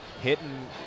hitting